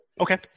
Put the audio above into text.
Okay